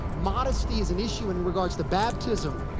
modesty is an issue and in regards to baptism.